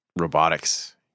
robotics